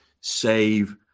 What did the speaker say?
save